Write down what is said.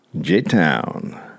J-Town